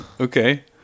Okay